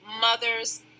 Mothers